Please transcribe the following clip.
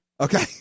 Okay